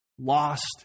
lost